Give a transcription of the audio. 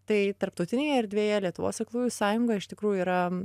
tai tarptautinėj erdvėje lietuvos aklųjų sąjunga iš tikrųjų yra